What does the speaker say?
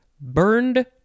burned